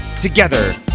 together